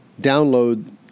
download